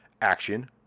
Action